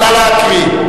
נא להקריא.